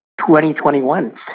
2021